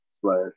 slash